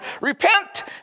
Repent